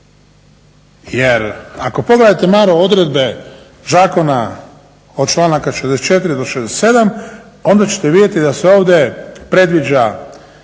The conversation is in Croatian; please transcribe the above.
Jer ako pogledate malo odredbe Zakona od članaka 64. do 67. onda ćete vidjeti da se ovdje predviđa